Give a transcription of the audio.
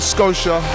Scotia